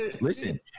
listen